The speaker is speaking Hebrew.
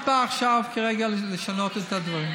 את באה עכשיו כרגע לשנות את הדברים.